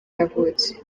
yavutse